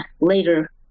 later